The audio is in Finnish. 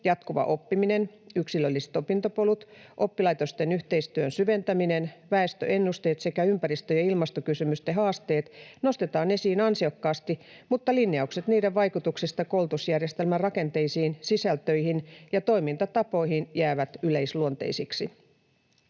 jatkuva oppiminen, yksilölliset opintopolut, oppilaitosten yhteistyön syventäminen, väestöennusteet sekä ympäristö- ja ilmastokysymysten haasteet, nostetaan esiin ansiokkaasti, mutta linjaukset niiden vaikutuksista koulutusjärjestelmän rakenteisiin, sisältöihin ja toimintatapoihin jäävät yleisluonteisiksi.